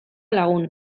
lagun